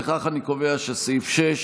לפיכך אני קובע שסעיף 6,